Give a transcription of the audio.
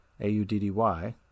A-U-D-D-Y